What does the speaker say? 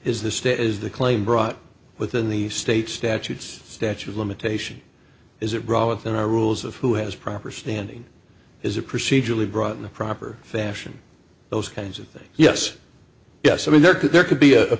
is the state is the claim brought within the state statutes statue of limitation is it wrong with an eye rules of who has proper standing is it procedurally brought in the proper fashion those kinds of things yes yes i mean there could there could be a